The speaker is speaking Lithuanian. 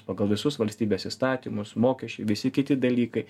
pagal visus valstybės įstatymus mokesčiai visi kiti dalykai